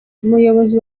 umuyobozi